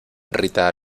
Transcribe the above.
rita